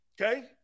Okay